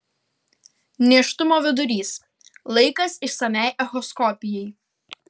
nėštumo vidurys laikas išsamiai echoskopijai